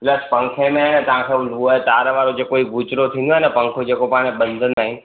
plus पंखे में तव्हांखे उहा तार वार जेको कोई थींदो आहे न पंखे जेको पाण बंधंदा आहियूं